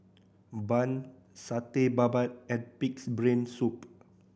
bun Satay Babat and Pig's Brain Soup